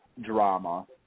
drama